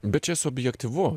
bet čia subjektyvu